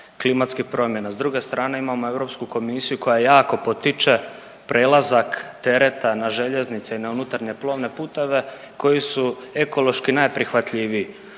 klimatskih promjena. S druge strane, imamo EK koja jako potiče prelazak tereta na željeznice i na unutarnje plovne puteve koji su ekološki najprihvatljiviji.